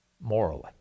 Morally